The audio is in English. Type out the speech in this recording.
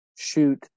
shoot